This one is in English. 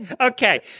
Okay